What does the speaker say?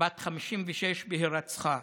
בת 56 בהירצחה.